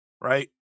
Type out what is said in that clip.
right